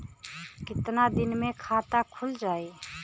कितना दिन मे खाता खुल जाई?